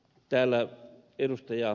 täällä ed